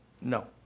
No